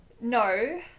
No